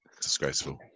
Disgraceful